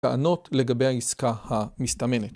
טענות לגבי העסקה המסתמנת.